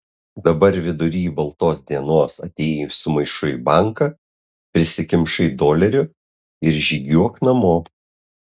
dabar vidury baltos dienos atėjai su maišu į banką prisikimšai dolerių ir žygiuok namo